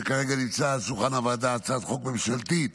שכרגע נמצא על שולחן הוועדה, הצעת חוק ממשלתית